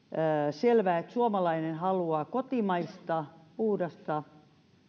selvää että suomalainen haluaa kotimaista puhdasta